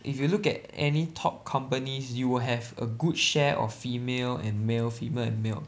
if you look at any top companies you will have a good share of female and male female and male